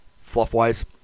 fluff-wise